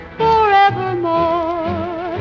forevermore